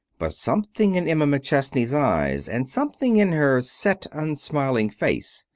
but something in emma mcchesney's eyes, and something in her set, unsmiling face,